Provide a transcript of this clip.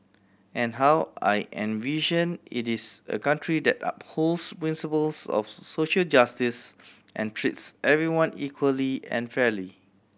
and how I envision it is a country that upholds principles of social justice and treats everyone equally and fairly